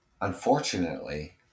Unfortunately